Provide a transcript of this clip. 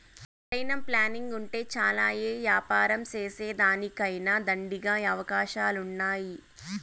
సరైన ప్లానింగుంటే చాలు యే యాపారం సేసేదానికైనా దండిగా అవకాశాలున్నాయి